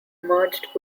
merged